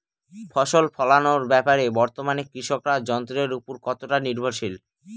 ফসল ফলানোর ব্যাপারে বর্তমানে কৃষকরা যন্ত্রের উপর কতটা নির্ভরশীল?